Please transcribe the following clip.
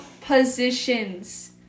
positions